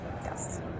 Yes